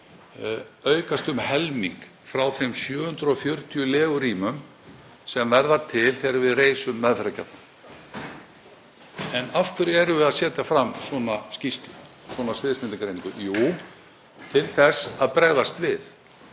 aukast um helming frá þeim 740 legurýmum sem verða til þegar við reisum meðferðarkjarnann. En af hverju erum við að setja fram svona skýrslu, svona sviðsmyndagreiningu? Jú, til þess að bregðast við.